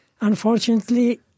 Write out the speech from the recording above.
Unfortunately